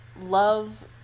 love